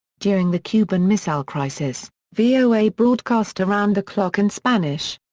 during the cuban missile crisis, voa broadcast around-the-clock in spanish.